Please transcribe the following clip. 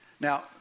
Now